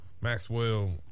Maxwell